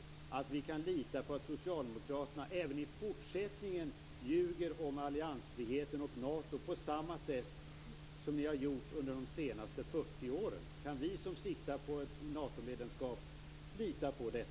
Kan vi lita på att socialdemokraterna även i fortsättningen ljuger om alliansfriheten och Nato, på samma sätt som man har gjort under de senaste 40 åren? Kan vi som siktar på ett Natomedlemskap lita på detta?